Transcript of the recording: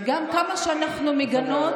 וגם כמה שאנחנו מגנות,